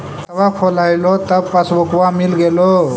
खतवा खोलैलहो तव पसबुकवा मिल गेलो?